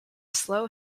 slow